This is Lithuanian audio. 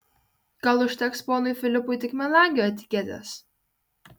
gal užteks ponui filipui tik melagio etiketės